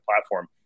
platform